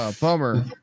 bummer